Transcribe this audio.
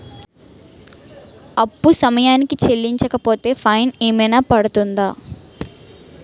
అప్పు సమయానికి చెల్లించకపోతే ఫైన్ ఏమైనా పడ్తుంద?